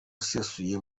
usesuye